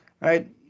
right